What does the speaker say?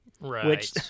Right